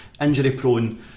injury-prone